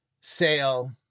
sale